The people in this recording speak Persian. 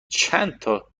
چندتا